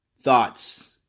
thoughts